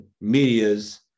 medias